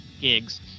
gigs